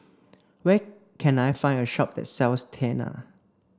where can I find a shop that sells Tena